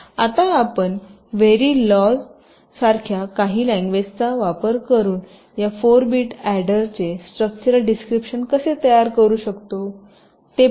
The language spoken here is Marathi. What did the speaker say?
आता आपण व्हॅरिलोज सारख्या काही लँग्वेजचा वापर करुन या 4 बिट अॅडर चे स्ट्रक्चरल डिस्क्रिपशन कसे तयार करू शकतो ते पाहू